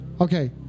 Okay